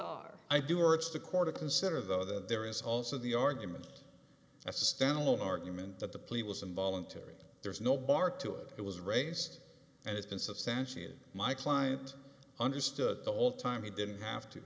are i do or it's the court to consider though that there is also the argument as a standalone argument that the plea was involuntary there's no bar to it it was raised and it's been substantiated my client understood the whole time he didn't have to